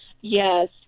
Yes